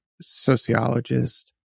sociologist